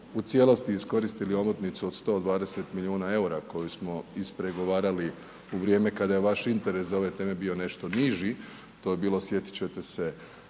u cijelosti iskoristili omotnicu od 120 milijuna EUR-a koju smo ispregovarali u vrijeme kada je vaš interes za ove teme bio nešto niži, to je bilo sjetit ćete se